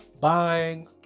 buying